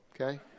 okay